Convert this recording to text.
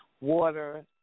water